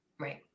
right